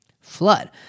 flood